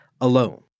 alone